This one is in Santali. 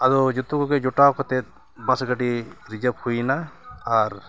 ᱟᱫᱚ ᱡᱷᱚᱛᱚ ᱠᱚᱜᱮ ᱡᱚᱴᱟᱣ ᱠᱟᱛᱮᱫ ᱵᱟᱥ ᱜᱟᱹᱰᱤ ᱨᱤᱡᱟᱨᱵᱷ ᱦᱩᱭᱮᱱᱟ ᱟᱨ